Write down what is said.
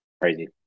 Crazy